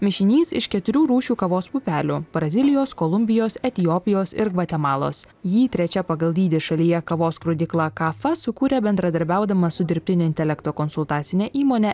mišinys iš keturių rūšių kavos pupelių brazilijos kolumbijos etiopijos ir gvatemalos jį trečia pagal dydį šalyje kavos skrudykla kafa sukūrė bendradarbiaudama su dirbtinio intelekto konsultacine įmone